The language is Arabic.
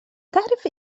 تعرف